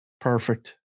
Perfect